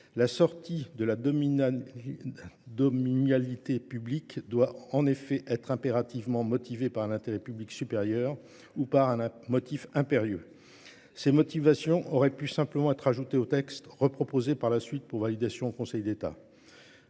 La sortie de la dominalité publique doit en effet être impérativement motivée par un intérêt public supérieur ou par un motif impérieux. Ces motivations auraient pu simplement être ajoutées au texte, reproposé par la suite pour validation au Conseil d'État.